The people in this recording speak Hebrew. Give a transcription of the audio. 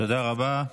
תודה רבה.